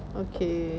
okay